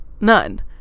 none